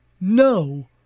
No